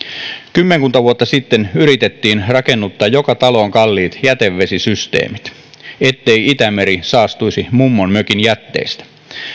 kymmenkunta vuotta sitten yritettiin rakennuttaa joka taloon kalliit jätevesisysteemit ettei itämeri saastuisi mummonmökin jätteistä